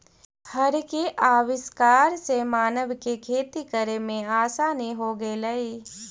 हर के आविष्कार से मानव के खेती करे में आसानी हो गेलई